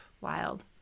wild